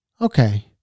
okay